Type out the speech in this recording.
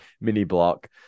mini-block